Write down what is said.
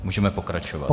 Můžeme pokračovat.